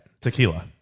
Tequila